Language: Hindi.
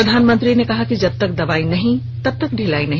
प्रधानमंत्री ने कहा कि जब तक दवाई नहीं तब तक ढिलाई नहीं